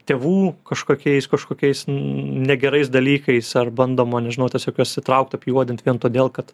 tėvų kažkokiais kažkokiais negerais dalykais ar bandoma nežinau tos jokios įtraukt apjuodint vien todėl kad